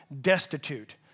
destitute